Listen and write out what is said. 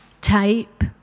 type